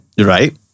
Right